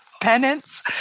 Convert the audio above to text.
penance